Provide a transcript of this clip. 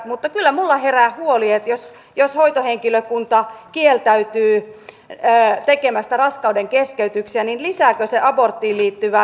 mutta kyllä minulla herää huoli että jos hoitohenkilökunta kieltäytyy tekemästä raskaudenkeskeytyksiä niin lisääkö se aborttiin liittyvää stigmaa